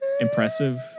Impressive